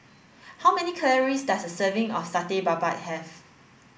how many calories does a serving of Satay Babat have